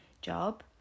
job